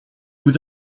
vous